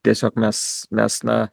tiesiog mes mes na